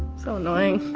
so annoying.